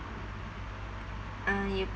uh you